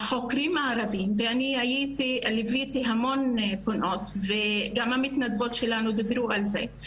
אני ליוויתי המון פונות וגם המתנדבות שלנו דיברו על זה,